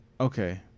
okay